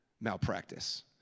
malpractice